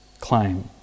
claim